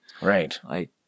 Right